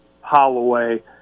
Holloway